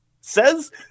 says